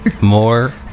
More